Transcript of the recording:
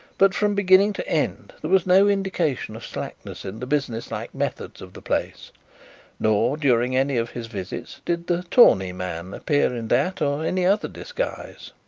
but from beginning to end there was no indication of slackness in the business-like methods of the place nor during any of his visits did the tawny man appear in that or any other disguise.